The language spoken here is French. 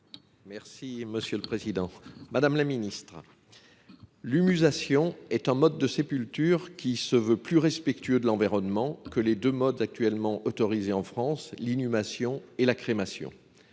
et des outre mer. Madame la ministre, l’humusation est un mode de sépulture qui se veut plus respectueux de l’environnement que les deux modes actuellement autorisés en France : l’inhumation et la crémation.